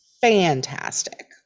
fantastic